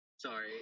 Sorry